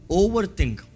overthink